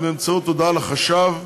באמצעות הודעה לחשב,